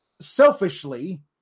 selfishly